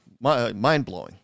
mind-blowing